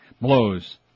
Blows